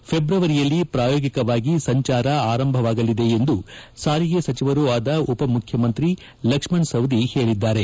ಫೆಬ್ರವರಿಯಲ್ಲಿ ಪ್ರಾಯೋಗಿಕವಾಗಿ ಸಂಚಾರ ಆರಂಭಗೊಳ್ಳಲಿದೆ ಎಂದು ಸಾರಿಗೆ ಸಚಿವರೂ ಆದ ಉಪಮುಖ್ಯಮಂತ್ರಿ ಲಕ್ಷ್ಮಣ ಸವದಿ ಹೇಳಿದ್ದಾರೆ